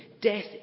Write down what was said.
Death